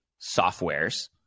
softwares